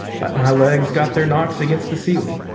but my legs got their knocks against the ceiling.